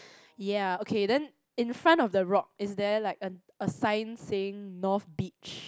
ya okay then in front of the rock is there like a a sign saying north beach